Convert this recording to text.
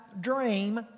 dream